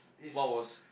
what was